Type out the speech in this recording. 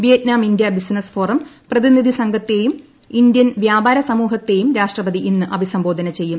Vietnam India business forum പ്രമ്മീനിൽസംഘത്തെയും Indian വ്യാപാര സമൂഹത്തെയും രാഷ്ട്രപതി ഇന്ന് അഭിസംബോധന ചെയ്യും